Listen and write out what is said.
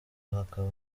hakaba